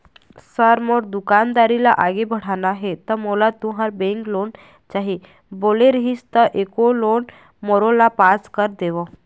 Sir मोर दुकानदारी ला आगे बढ़ाना हे ता मोला तुंहर बैंक लोन चाही बोले रीहिस ता एको लोन मोरोला पास कर देतव?